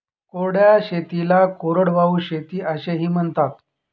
कोरड्या शेतीला कोरडवाहू शेती असेही म्हणतात